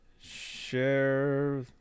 Share